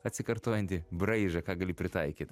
atsikartojantį braižą ką gali pritaikyt